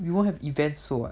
you won't have events also [what]